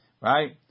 Right